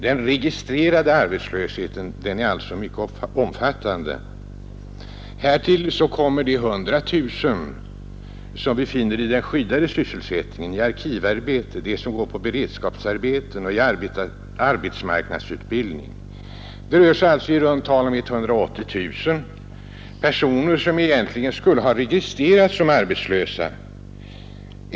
Den registrerade arbetslösheten är alltså mycket omfattande. Men härtill kommer de 100 000 människor som vi finner i skyddad sysselsättning, i arkivarbete, i beredskapsarbete och i arbetsmarknadsutbildning. Det rör sig därför i runt tal om 180 000 människor, som egentligen skulle ha registrerats som arbetslösa.